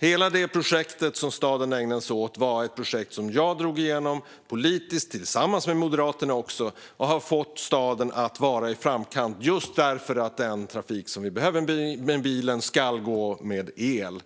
Det var ett projekt som jag drog i gång politiskt tillsammans med Moderaterna och som har fått staden att vara i framkant. Den biltrafik som behövs ska gå med el.